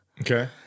Okay